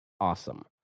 awesome